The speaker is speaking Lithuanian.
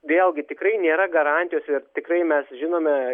vėlgi tikrai nėra garantijos ir tikrai mes žinome